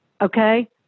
okay